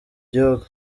gihugu